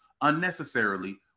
unnecessarily